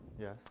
Yes